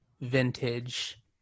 vintage